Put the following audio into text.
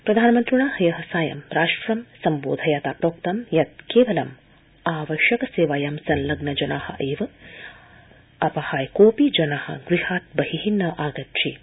प्रधानमन्त्रिणा ह्य सायं राष्ट्रं सम्बोधयता प्रोक्तं यत् केवलम् आवश्यक सेवायां संलग्न जना अपहाय कोऽपि जन गृहात् बहि न आगच्छेत्